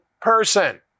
person